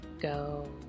go